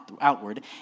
outward